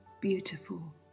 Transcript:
beautiful